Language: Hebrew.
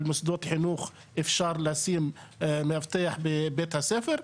מוסדות חינוך אפשר לשים מאבטח בבית הספר.